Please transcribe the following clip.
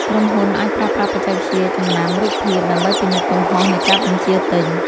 ក្រុមហ៊ុនអាចប្រើប្រាស់បច្ចេកវិទ្យាចំណាំរូបភាព ដើម្បីពិនិត្យកំហុសនៃការបញ្ជាទិញ។